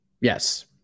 yes